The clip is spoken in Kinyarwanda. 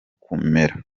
kumera